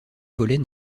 volets